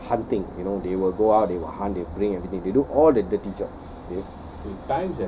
hunting you know they will go out they will hunt they will bring everything they do all the dirty job